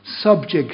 subject